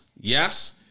Yes